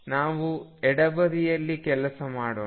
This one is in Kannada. ನಾವು ಎಡಬದಿಯಲ್ಲಿ ಕೆಲಸ ಮಾಡೋಣ